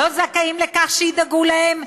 לא זכאים לכך שידאגו להם?